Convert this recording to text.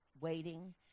waiting